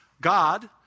God